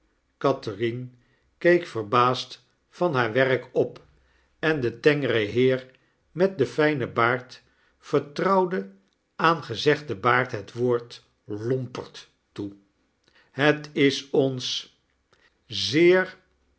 catherine keek verbaasd van haar werk op en de tengere heer met den fijnen baard vertrouwde aan gezegden baard het woord lomperd toe het is ons zeer